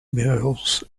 males